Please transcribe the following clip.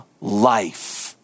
life